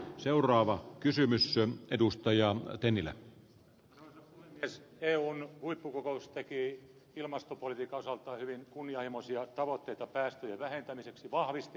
seuraava kysymys on edustaja on pennillä edes eun huippukokous teki ilmastopolitiikan osalta hyvin kunnianhimoisia tavoitteita päästöjen vähentämiseksi vahvisti ne